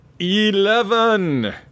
Eleven